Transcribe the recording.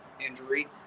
injury